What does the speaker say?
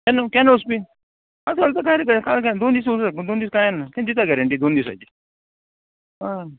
केन्ना केन्ना वचपी आतां चलता कांय कांय कांय दोन दीस वचून दोन दीस कांय ना तें दिता गारेंटी दोन दिसाची हय